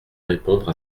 répondre